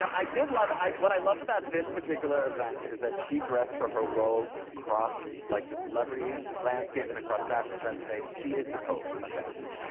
i did love what i loved about this particular event is that she dressed for her role across like the celebrity landscape and across fashions landscape she is the pope of fashion.